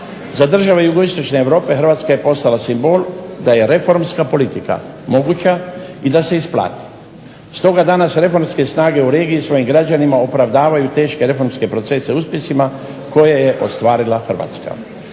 Za države jugoistočne Europe Hrvatska je postala simbol da je reformska politika moguća i da se isplati. Stoga danas reformske snage u regiji svojim građanima objašnjavaju teške reformske procese uspjesima koje je ostvarila Hrvatska.